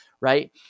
right